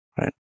right